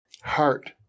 Heart